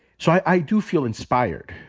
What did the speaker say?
so i do feel inspired.